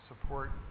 support